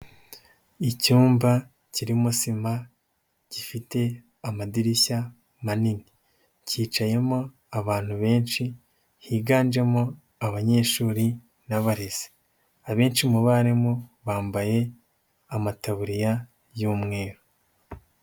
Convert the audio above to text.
Icyumba kirimo sima gifite amadirishya manini. Cyicayemo abantu benshi higanjemo abanyeshuri n'abarezi. Abenshi mu barimu bambaye amataburiya y'umweru.